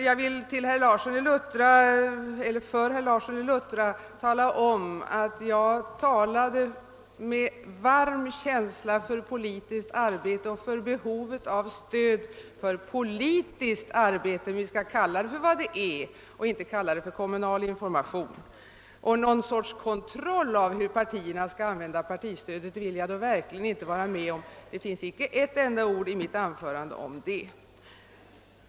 Jag vill säga till herr Larsson i Luttra att jag talade med varm känsla för politiskt arbete och för behovet av stöd åt politiskt arbete — vi skall kalla det för vad det är och inte kalla det för kommunal information. Någon kontroll av hur partierna skall använda partistödet vill jag verkligen inte vara med om. Det finns heller icke ett enda ord om det i mitt anförande.